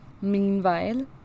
Meanwhile